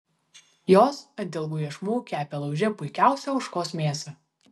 jos ant ilgų iešmų kepė lauže puikiausią ožkos mėsą